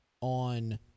on